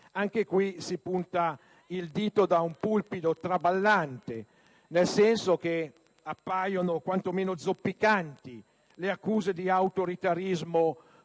caso si punta il dito da un pulpito traballante, perché appaiono quanto meno zoppicanti le accuse di autoritarismo formulate